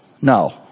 No